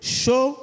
show